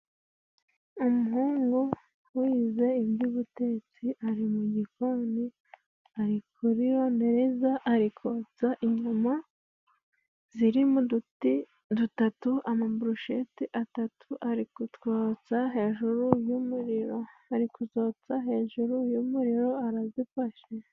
Umuhungu wize iby'ubutetsi ari mu gikoni. Ari kuri rondereza ari kotsa inyama ziri mu duti dutatu, ama boroshete atatu. Ari kutwotsa hejuru y'umuriro ari kuzotsa hejuru y'umuriro arazifashe.